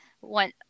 one